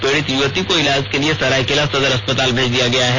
पीड़ित युवती को ईलाज के लिए सरायकेला सदर अस्पताल भेज दिया गया है